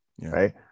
right